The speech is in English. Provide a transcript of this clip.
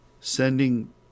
sending